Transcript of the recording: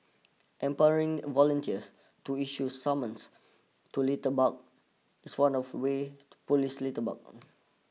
empowering volunteers to issue summons to litterbug is one of way to police litterbugs